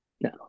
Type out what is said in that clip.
no